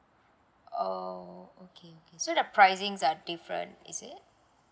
oh okay okay so the pricing are different is it